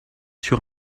sur